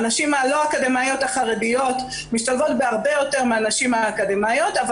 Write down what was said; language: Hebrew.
הנשים הלא אקדמאיות החרדיות משתלבות הרבה יותר מהנשים האקדמאיות אבל